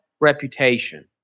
reputation